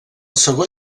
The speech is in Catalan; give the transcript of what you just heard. segon